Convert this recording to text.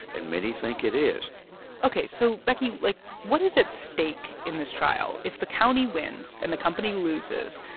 and many think it is ok. so, becky, like, what is at stake in this trial? if the county wins and the company loses,